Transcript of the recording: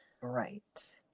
right